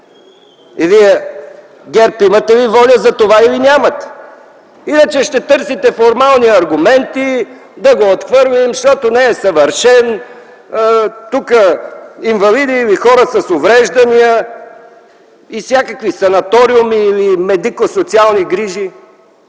Вие от ГЕРБ имате ли воля за това или нямате? Иначе ще търсите формални аргументи да го отхвърлите, защото не е съвършен. И тук „инвалиди” или „хора с увреждания”, „санаториуми” или „медико-социални грижи”.